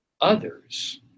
others